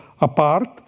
apart